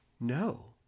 No